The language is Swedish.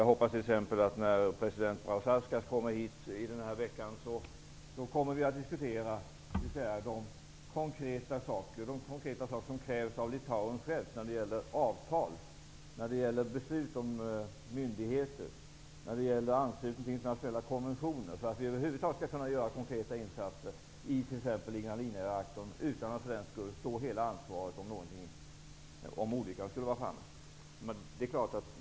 Jag hoppas t.ex. att vi när president Brazauskas kommer hit denna vecka skall diskutera de konkreta åtgärder från Litauen självt som krävs i form av avtal, beslut från myndigheter och anslutning till internationella konventioner för att vi skall kunna göra konkreta insatser i t.ex. Ignalina-reaktorn, utan att för den skull stå för hela ansvaret om olyckan skulle vara framme.